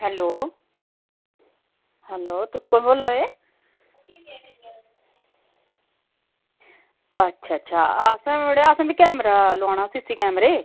hello hello तुस कुन बोल्ला दे अच्छा अच्छा असैं बी अड़ेआ कैमरा लोआना ही सी सी टी कैमरे